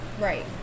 Right